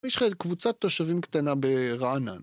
יש לך קבוצת תושבים קטנה ברענן?